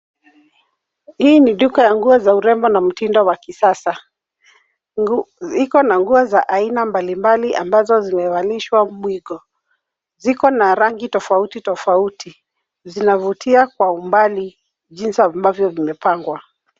Hii ni duka ya nguo za urembo na mtindo wa kisasa. Iko na nguo za aina mbalimbali ambazo zimevalishwa muigo. Ziko na rangi tofauti, tofauti. Zinavutia kwa umbali jinsi ambavyo vimepangwa.